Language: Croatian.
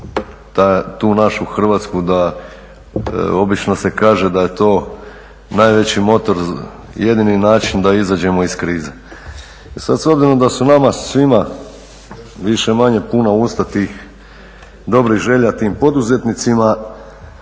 tu našu Hrvatsku da obično se kaže da je to najveći motor jedini način da izađemo iz krize. I sada s obzirom da su nama svima više-manje puna usta dobrih želja tim poduzetnicima,